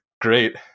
Great